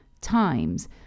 times